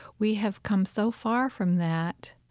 we have come so far from that,